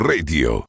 Radio